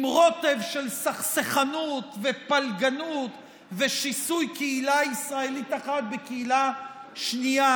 עם רוטב של סכסכנות ופלגנות ושיסוי קהילה ישראלית אחת בקהילה שנייה,